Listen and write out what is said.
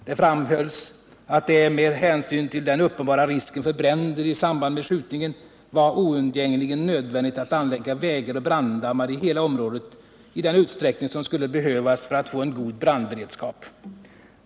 Det framhölls att det ”med hänsyn till den uppenbara risken för bränder i samband med skjutningen” var ”oundgängligen nödvändigt” att anlägga vägar och branddammar i hela området i den utsträckning som skulle behövas för att få en god brandberedskap.